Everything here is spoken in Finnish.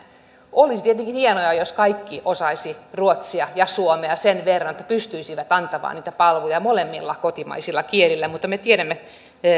olisi tietenkin hienoa jos kaikki osaisivat ruotsia ja suomea sen verran että pystyisivät antamaan niitä palveluja molemmilla kotimaisilla kielillä mutta me tiedämme